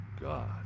God